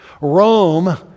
Rome